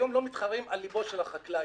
היום לא מתחרים על לבו של החקלאי.